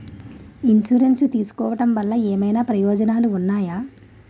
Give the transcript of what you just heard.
Insurance తీసుకోవటం వల్ల ఏమైనా ప్రయోజనాలు ఉన్నాయా?